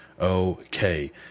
Okay